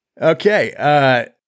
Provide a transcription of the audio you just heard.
Okay